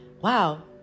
Wow